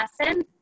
lesson